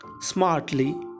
smartly